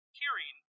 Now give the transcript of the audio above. hearing